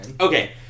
Okay